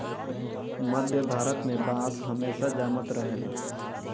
मध्य भारत में बांस हमेशा जामत रहेला